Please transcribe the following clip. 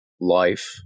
life